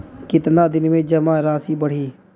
कितना दिन में जमा राशि बढ़ी?